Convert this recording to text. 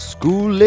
School